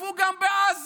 תקפו גם בעזה.